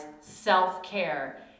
self-care